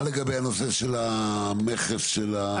מה לגבי הנושא של המכס של האגירה?